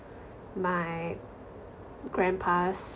my grandpas